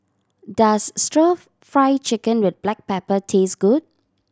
does Stir Fry Chicken with black pepper taste good